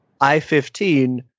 I-15